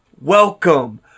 welcome